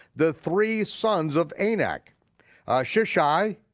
the three sons of anak sheshai,